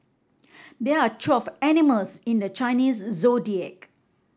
there are twelve animals in the Chinese Zodiac